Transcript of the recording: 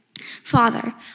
Father